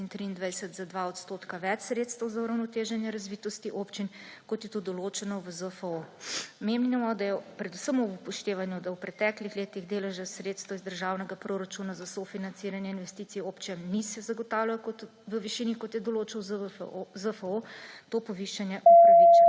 za 2 % več sredstev za uravnoteženje razvitosti občin, kot je to določeno v ZFO. Menimo, da je predvsem ob upoštevanju, da se v preteklih letih delež sredstev iz državnega proračuna za sofinanciranje investicij občin ni zagotavljal v višini, kot je določal ZFO, to povišanje upravičeno.